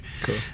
cool